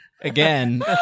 again